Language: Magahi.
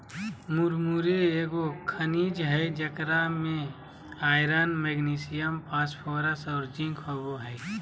मुरमुरे एगो खनिज हइ जेकरा में आयरन, मैग्नीशियम, फास्फोरस और जिंक होबो हइ